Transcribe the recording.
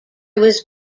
was